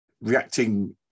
reacting